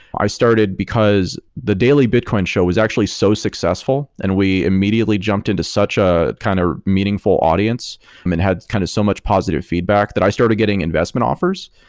i started because the daily bitcoin show was actually so successful, and we immediately jumped into such a kind of meaningful audience. it had kind of so much positive feedback that i started getting investment offers,